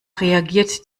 reagiert